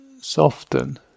soften